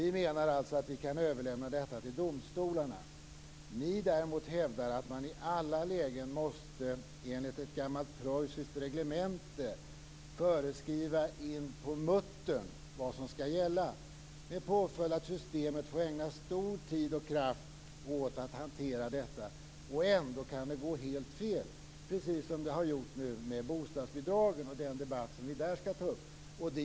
Vi menar alltså att vi kan överlämna detta till domstolarna. Ni däremot hävdar att man enligt ett gammalt preussiskt reglemente i alla lägen måste föreskriva in på muttern vad som skall gälla. Det får den påföljden att systemet får ägna stor tid och kraft åt att hantera detta. Och ändå kan det gå helt fel, precis som det har gjort nu med bostadsbidragen och debatten om dem.